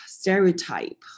stereotype